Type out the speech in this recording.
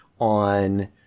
on